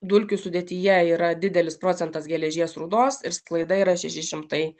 dulkių sudėtyje yra didelis procentas geležies rūdos ir sklaida yra šeši šimtai